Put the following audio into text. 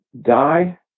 die